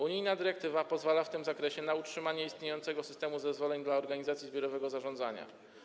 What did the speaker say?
Unijna dyrektywa pozwala w tym zakresie na utrzymanie istniejącego systemu zezwoleń dla organizacji zbiorowego zarządzania.